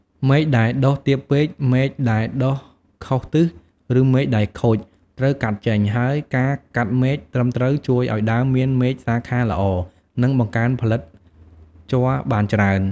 មែកដែលដុះទាបពេក មែកដែលដុះខុសទិស ឬមែកដែលខូច ត្រូវកាត់ចេញ ហើយការកាត់មែកត្រឹមត្រូវជួយឱ្យដើមមានមែកសាខាល្អ និងបង្កើនផលិតជ័របានច្រើន។